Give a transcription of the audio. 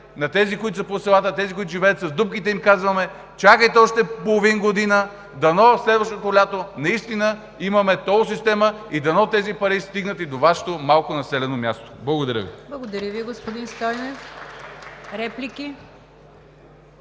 на тези, които са по селата, тези, които живеят с дупките, им казваме: чакайте още половин година, дано следващото лято наистина имаме тол система и дано тези пари стигнат и до Вашето малко населено място. Благодаря Ви. ПРЕДСЕДАТЕЛ НИГЯР ДЖАФЕР: Благодаря Ви, господин Стойнев. Реплики?